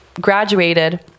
graduated